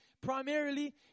primarily